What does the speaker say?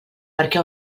perquè